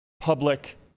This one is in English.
public